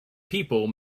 people